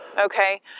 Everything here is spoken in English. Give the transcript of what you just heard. Okay